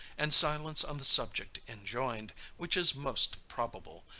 and silence on the subject enjoined, which is most probable,